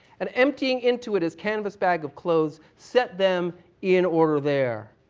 and emptying into it his canvas bag of clothes, set them in order there.